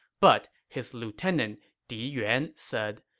but his lieutenant di yuan said,